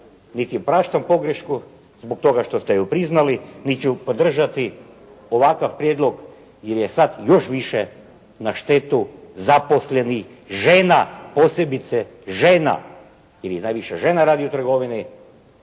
niti praštam pogrešku zbog toga što ste ju priznali, niti ću podržati ovakav prijedlog jer je sad još više na štetu zaposlenih žena, posebice žena, jer najviše žena radi u trgovini